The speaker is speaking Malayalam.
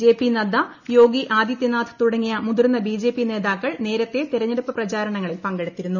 ജെ പി നദ്ദ യോഗി ആദിത്യനാഥ് തുടങ്ങിയ മുതിർന്ന ബിജെപി നേതാക്കൾ നേരത്തെ തെരഞ്ഞെടുപ്പു പ്രചാരണങ്ങളിൽ പങ്കെടുത്തിരുന്നു